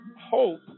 hope